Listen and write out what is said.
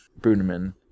Bruneman